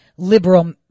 liberal